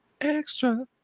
Extra